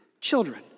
children